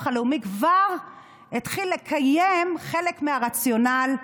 הלאומי כבר התחיל לקיים חלק מהרציונל.